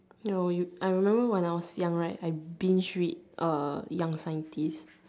no you I remember when I was young right I buzz read young scientist